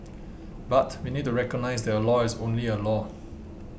but we need to recognise that a law is only a law